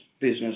business